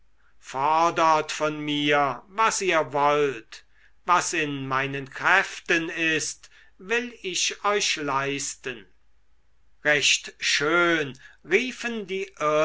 fordert von mir was ihr wollt was in meinen kräften ist will ich euch leisten recht schön riefen die